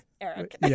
Eric